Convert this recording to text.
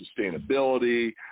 sustainability